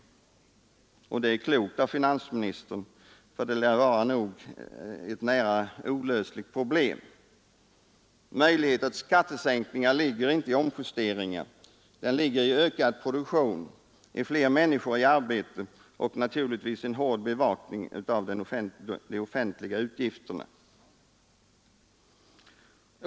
Och det är klokt av finansministern, för det lär vara ett nära nog olösligt problem. Möjligheten till skattesänkningar ligger inte i omjuste ringar. Den ligger i ökad produktion, i fler människor i arbete och naturligtvis i en hård bevakning av de offentliga utgifterna.